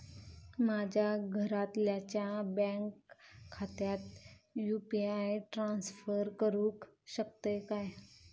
माझ्या घरातल्याच्या बँक खात्यात यू.पी.आय ट्रान्स्फर करुक शकतय काय?